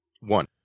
One